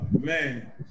man